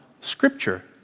Scripture